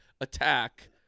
attack